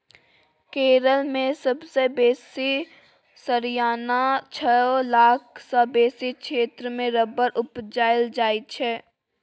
केरल मे सबसँ बेसी सलियाना छअ लाख सँ बेसी क्षेत्र मे रबर उपजाएल जाइ छै